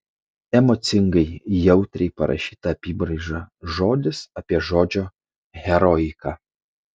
emocingai jautriai parašyta apybraiža žodis apie žodžio heroiką